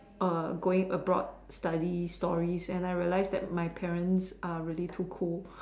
err going abroad study stories and I realized that my parents are really too cool